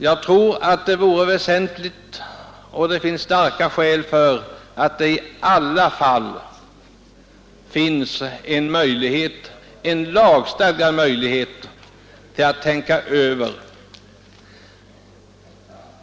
Jag tycker att detta är väsentligt och att det finns starka skäl för att man i alla fall skall ha en lagstadgad möjlighet att tänka över.